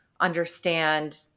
understand